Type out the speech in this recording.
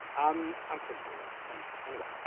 um i'm from europe, so anyway.